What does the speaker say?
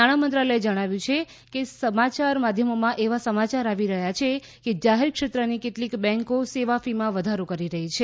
નાણામંત્રાલયે જણાવ્યું કે સમાચાર માધ્યમોમાં એવા સમાચાર આવી રહ્યા છે કે જાહેરક્ષેત્રની કેટલીક બેન્કો સેવા ફી માં વધારો કરી રહી છે